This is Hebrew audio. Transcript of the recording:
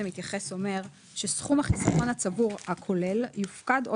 "סכום החיסכון הצבור הכולל יופקד או